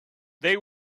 they